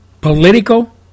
political